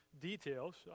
details